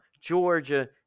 Georgia